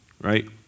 right